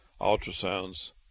ultrasounds